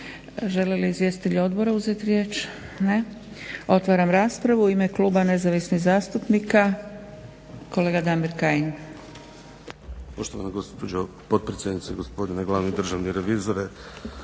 Žele li izvjestitelji odbora uzeti riječ? Ne. Otvaram raspravu. U ime kluba nezavisnih zastupnika kolega Damir Kajin.